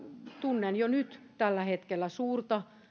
tunnen jo nyt tällä hetkellä suurta